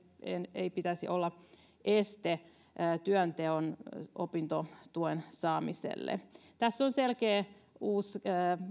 ei pitäisi olla este opintotuen saamiselle tässä on selkeä uusi